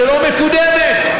שלא מקודמת.